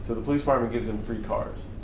so the police department gives them free cars,